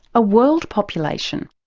a world population?